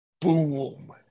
boom